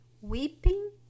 weeping